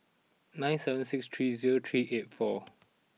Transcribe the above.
nine seven six three zero three eight four